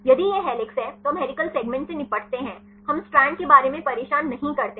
यदि यह हेलिक्स है तो हम हेलिकल सेगमेंट से निपटते हैं हम स्ट्रैंड के बारे में परेशान नहीं करते हैं